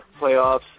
playoffs